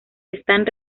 están